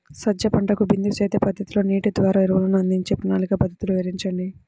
సజ్జ పంటకు బిందు సేద్య పద్ధతిలో నీటి ద్వారా ఎరువులను అందించే ప్రణాళిక పద్ధతులు వివరించండి?